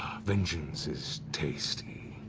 vengeance is tasty.